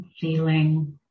Feeling